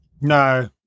No